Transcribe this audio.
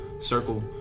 circle